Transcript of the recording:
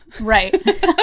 Right